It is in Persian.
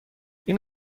این